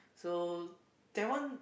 so that one